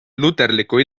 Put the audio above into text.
luterliku